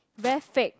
very fake